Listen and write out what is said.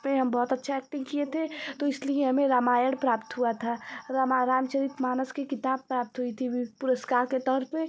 पर हम बहुत अच्छा ऐक्टिंग किये थे तो इसलिए हमें रामायण प्राप्त हुआ था रामा रामचरितमानस कि किताब प्राप्त हुइ थी पुरस्कार के तौर पर